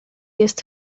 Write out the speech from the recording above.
jest